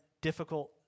difficult